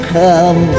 come